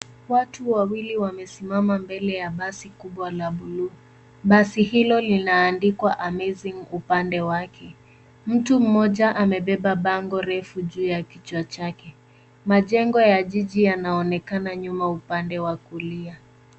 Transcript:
Watu wawili wamesimama mbele ya basi kubwa la buluu. Basi hilo linaandikwa, amazing upande wake. Mtu mmoja amebeba bango refu juu ya kichwa chake. Majengo ya jiji yanaonekana nyuma upande wa kulia.